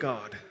God